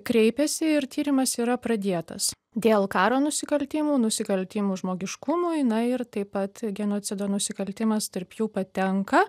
kreipėsi ir tyrimas yra pradėtas dėl karo nusikaltimų nusikaltimų žmogiškumui na ir taip pat genocido nusikaltimas tarp jų patenka